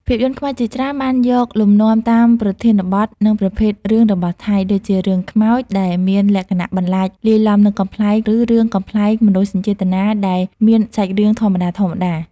ភាពយន្តខ្មែរជាច្រើនបានយកលំនាំតាមប្រធានបទ និងប្រភេទរឿងរបស់ថៃ ដូចជារឿង ខ្មោច ដែលមានលក្ខណៈបន្លាចលាយឡំនឹងកំប្លែង ឬរឿង កំប្លែងមនោសញ្ចេតនា ដែលមានសាច់រឿងធម្មតាៗ។